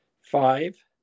five